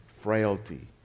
frailty